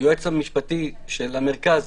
היועץ המשפטי של המרכז